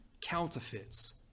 counterfeits